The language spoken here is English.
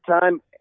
time